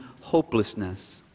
hopelessness